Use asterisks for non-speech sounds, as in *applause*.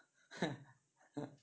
*laughs*